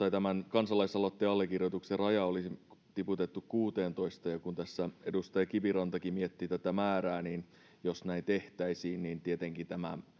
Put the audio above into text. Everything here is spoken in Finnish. kansalaisaloitteen allekirjoituksen ikäraja oli tiputettu kuuteentoista vuoteen ja kun tässä edustaja kivirantakin mietti tätä määrää niin jos näin tehtäisiin niin tietenkin tämä